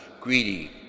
greedy